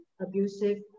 abusive